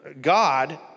God